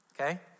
okay